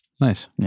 Nice